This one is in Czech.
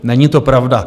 Není to pravda.